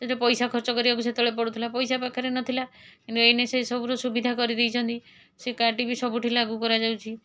ସେଇଟା ପଇସା ଖର୍ଚ୍ଚ କରିବାକୁ ସେତେବେଳେ ପଡ଼ୁଥିଲା ପଇସା ପାଖରେ ନଥିଲା କିନ୍ତୁ ଏଇନେ ସେସବୁର ସୁବିଧା କରିଦେଇଛନ୍ତି ସେ କାର୍ଡ଼ଟି ବି ସବୁଥିରେ ଲାଗୁ କରାଯାଉଛି